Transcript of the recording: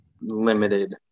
limited